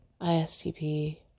ISTP